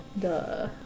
Duh